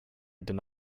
deny